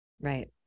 Right